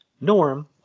Norm